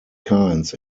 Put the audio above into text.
kinds